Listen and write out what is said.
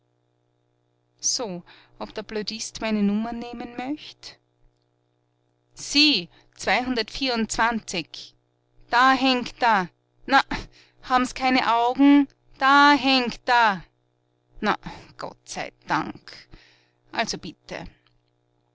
so ob der blödist meine nummer nehmen möcht sie zweihundertvierundzwanzig da hängt er na hab'n sie keine augen da hängt er na gott sei dank also bitte